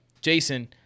Jason